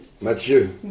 Mathieu